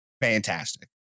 fantastic